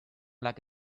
like